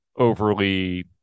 overly